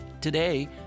Today